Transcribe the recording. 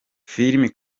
filime